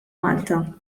malta